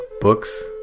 books